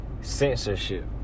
censorship